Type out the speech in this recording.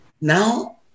Now